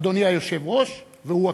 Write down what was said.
אדוני היושב-ראש, והוא הכנסת.